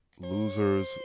Losers